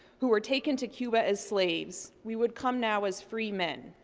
who were taken to cuba as slaves, we would come now as free men,